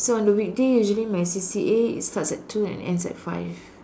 so one the weekday usually my C_C_A is starts at two and ends at five